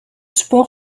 sport